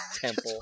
temple